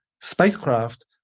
spacecraft